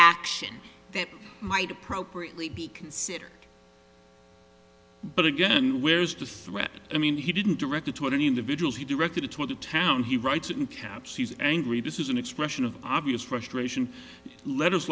action that might appropriately be considered but again where's the threat i mean he didn't direct it to an individual he directed it was a town he writes in caps he's angry this is an expression of obvious frustration let